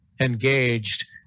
engaged